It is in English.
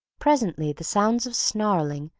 presently the sounds of snarling,